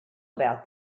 about